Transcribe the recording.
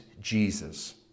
Jesus